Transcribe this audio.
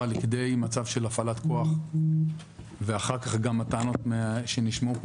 לכדי מצב של הפעלת כוח ואחר כך גם הטענות שנשמעו פה